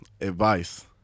Advice